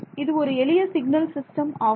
இது எளிய signal system ஆகும்